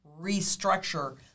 restructure